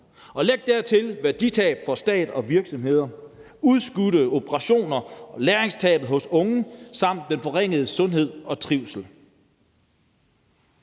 Og læg dertil et værditab for stat og virksomheder, udskudte operationer, læringstab hos unge samt den forringede sundhed og trivsel.